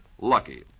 Lucky